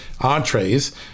entrees